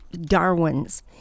Darwin's